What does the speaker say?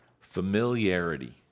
Familiarity